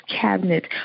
cabinet